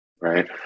right